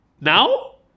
Now